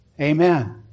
Amen